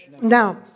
Now